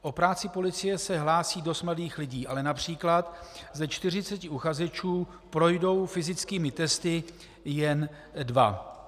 O práci u policie se hlásí dost mladých lidí, ale například ze 40 uchazečů projdou fyzickými testy jen dva.